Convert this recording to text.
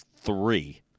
three